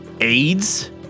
AIDS